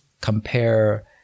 compare